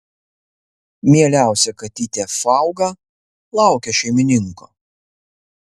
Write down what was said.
mieliausia katytė fauga laukia šeimininko